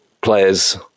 players